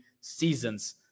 seasons